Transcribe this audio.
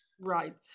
Right